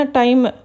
time